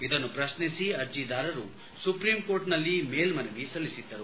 ಇದನ್ನು ಪ್ರಶ್ನಿಸಿ ಅರ್ಜಿದಾರರು ಸುಪ್ರೀಂ ಕೋರ್ಟ್ನಲ್ಲಿ ಮೇಲ್ವನವಿ ಸಲ್ಲಿಸಿದ್ದರು